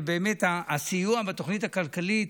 ובאמת, הסיוע בתוכנית הכלכלית